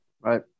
Right